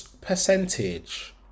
percentage